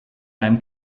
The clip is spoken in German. einem